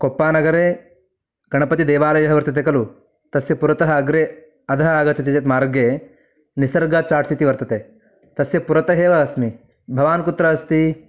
कोप्पानगरे गणपतिदेवालयः वर्तते खलु तस्य पुरतः अग्रे अधः आगच्छति चेत् मार्गे निसर्ग चाट्स् इति वर्तते तस्य पुरतः एव अस्मि भवान् कुत्र अस्ति